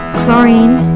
chlorine